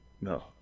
No